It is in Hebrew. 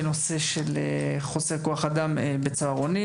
בנושא כוח האדם בצהרונים.